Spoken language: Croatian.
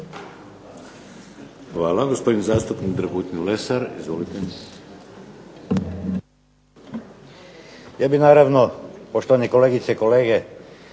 Hvala. Gospodin zastupnik Dragutin Lesar. Izvolite.